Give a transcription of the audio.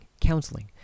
counseling